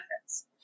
benefits